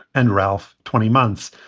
and ralph, twenty months.